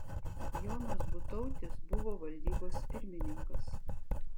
jonas butautis buvo valdybos pirmininkas